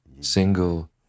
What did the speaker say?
single